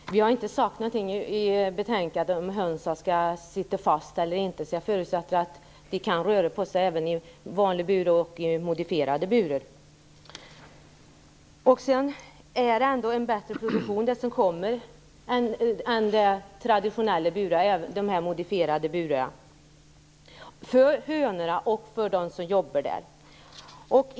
Herr talman! Vi har inte sagt något i betänkandet om hönsen skall sitta fast eller inte. Jag förutsätter att de kan röra på sig även i en vanlig bur och i modifierade burar. Det är ändå en bättre produktion som kommer med de modifierade burarna än de traditionella burarna för hönorna och för dem som jobbar med detta.